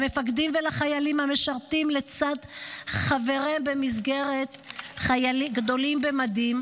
למפקדים ולחיילים המשרתים לצד חבריהם במסגרת גדולים במדים,